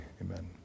Amen